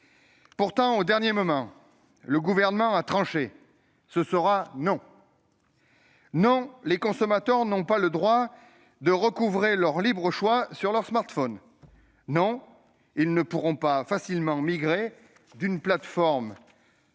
Pourtant, au dernier moment, le Gouvernement a tranché : ce sera non ! Non, les consommateurs n'ont pas le droit de recouvrer leur libre choix en matière de smartphone. Non, ils ne pourront pas facilement migrer d'une plateforme